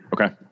Okay